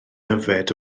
yfed